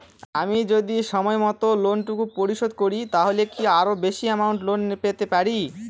আমি যদি সময় মত লোন টুকু পরিশোধ করি তাহলে কি আরো বেশি আমৌন্ট লোন পেতে পাড়ি?